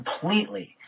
completely